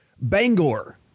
Bangor